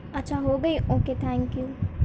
اچّھا ہو گئی اوکے تھینک یو